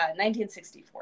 1964